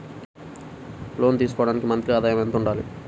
లోను తీసుకోవడానికి మంత్లీ ఆదాయము ఎంత ఉండాలి?